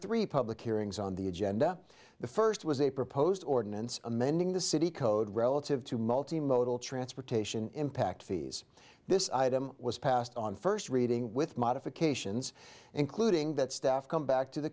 three public hearings on the agenda the first was a proposed ordinance amending the city code relative to multi modal transportation impact fees this item was passed on first reading with modifications including that stuff come back to the